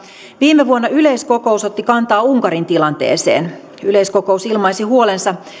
viime vuonna yleiskokous otti kantaa unkarin tilanteeseen yleiskokous ilmaisi huolensa